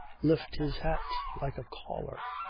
lift his hat, like a caller,